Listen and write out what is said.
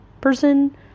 person